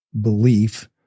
belief